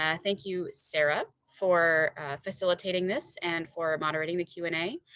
ah thank you, sarah for facilitating this and for moderating the q and a.